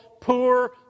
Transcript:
poor